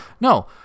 No